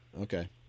Okay